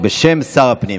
בשם שר הפנים.